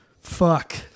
fuck